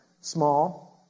Small